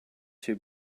two